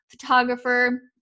Photographer